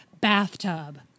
Bathtub